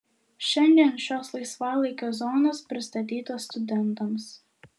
šiandien šios laisvalaikio zonos pristatytos studentams